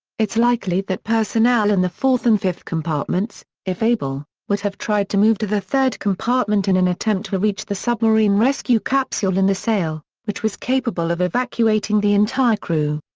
it's likely that personnel in and the fourth and fifth compartments, if able, would have tried to move to the third compartment in an attempt to reach the submarine rescue capsule in the sail, which was capable of evacuating the entire crew.